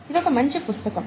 ఇది ఒక మంచి పుస్తకం